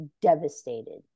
devastated